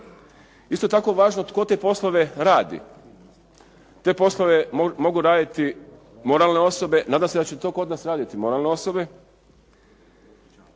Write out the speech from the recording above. Isto tako je važno tko te poslove radi. Te poslove mogu raditi moralne osobe, nadam se da će to kod nas raditi moralne osobe